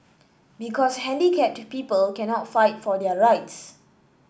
because handicapped people cannot fight for their rights